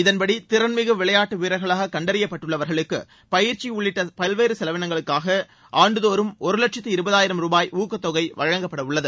இதன்படி திறன்மிகு விளையாட்டு வீரர்களாக கண்டறியப்பட்டுள்ளவர்களுக்கு பயிற்சி உள்ளிட்ட பல்வேறு செலவினங்களுக்காக ஆண்டுதோறும் ஒரு வட்சத்து இருபதாயிரம் ரூபாய் ஊக்கத்தொகை வழங்கப்படவுள்ளது